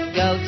go